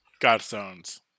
godstones